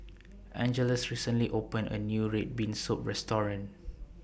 Angeles recently opened A New Red Bean Soup Restaurant